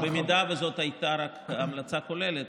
אם זאת הייתה רק המלצה כוללת,